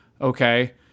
okay